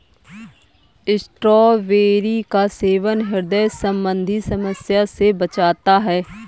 strawberry का सेवन ह्रदय संबंधी समस्या से बचाता है